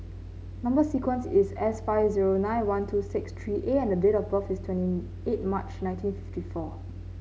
number sequence is S five zero nine one two six three A and date of birth is twenty eight March nineteen fifty four